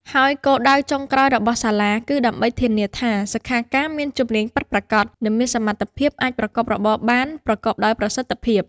ហើយគោលដៅចុងក្រោយរបស់សាលាគឺដើម្បីធានាថាសិក្ខាកាមមានជំនាញពិតប្រាកដ និងមានសមត្ថភាពអាចប្រកបរបរបានប្រកបដោយប្រសិទ្ធភាព។